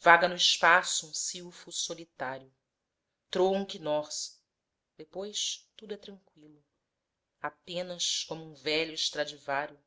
vaga no espaço um silfo solitário troam kinnors depois tudo é tranqüilo apenas como um velho stradivário